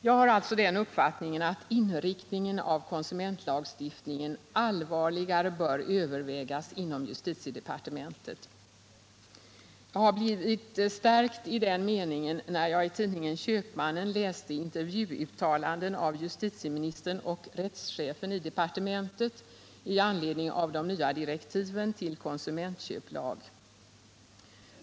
Jag har alltså den uppfattningen att inriktningen av konsumentlagstiftningen allvarligare bör övervägas inom justitiedepartementet. Jag blev stärkt i den meningen när jag i tidningen Köpmannen läste intervjuuttalanden av justitieministern och rättschefen i departementet med anledning av de nya direktiven till konsumentköplag.